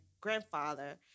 grandfather